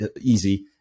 easy